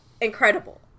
incredible